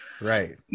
Right